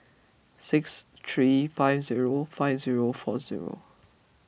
six three five zero five zero four zero